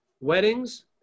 Weddings